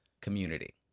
community